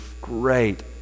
great